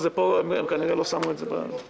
הם לא מבקשים מענקים, הם רק אומרים: